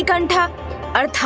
and ah